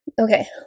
okay